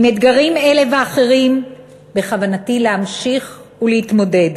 עם אתגרים אלה ואחרים בכוונתי להמשיך ולהתמודד,